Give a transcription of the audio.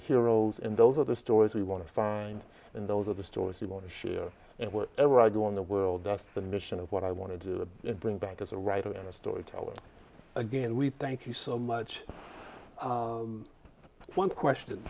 heroes and those are the stories we want to find and those are the stories we want to share and whatever i go on the world that's the mission of what i wanted to bring back as a writer and a storyteller again we thank you so much one question